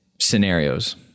scenarios